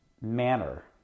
manner